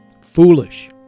foolish